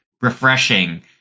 refreshing